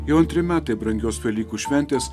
jau antri metai brangios velykų šventės